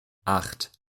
acht